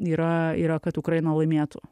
yra yra kad ukraina laimėtų